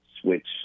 switch